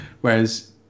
whereas